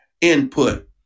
input